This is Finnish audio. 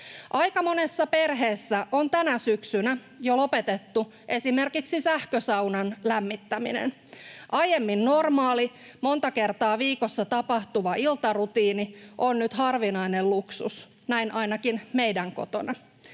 Aika monessa perheessä on tänä syksynä jo lopetettu esimerkiksi sähkösaunan lämmittäminen. Aiemmin normaali, monta kertaa viikossa tapahtuva iltarutiini on nyt harvinainen luksus — näin ainakin meidän kotona.